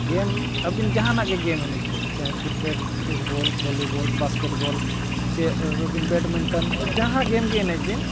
ᱜᱮᱢ ᱟᱹᱵᱤᱱ ᱡᱟᱦᱟᱱᱟᱜ ᱜᱮᱢ ᱮᱱᱮᱡ ᱵᱤᱱ ᱪᱟᱦᱮ ᱠᱨᱤᱠᱮᱴ ᱯᱷᱩᱴᱵᱚᱞ ᱵᱷᱚᱞᱤᱵᱚᱞ ᱵᱟᱥᱠᱮᱴᱵᱚᱞ ᱪᱮᱫ ᱟᱹᱵᱤᱱ ᱵᱮᱰᱢᱤᱱᱴᱚᱱ ᱡᱟᱦᱟᱸ ᱜᱮᱢ ᱜᱮ ᱮᱱᱮᱡ ᱵᱤᱱ